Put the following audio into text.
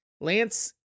Lance